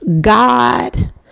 God